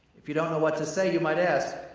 if you don't know what to say, you might ask,